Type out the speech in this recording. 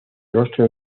rostro